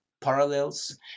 parallels